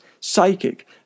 psychic